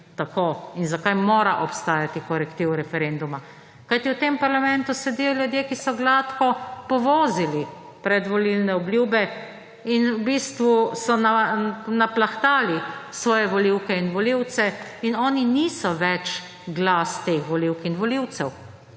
in zakaj mora obstajati korektiv referenduma. v tem parlamentu sedijo ljudje, ki so gladko povozili predvolilne obljube in so v bistvu naplahtali svoje volivke in volivce. Oni niso več glas teh volivk in volivcev.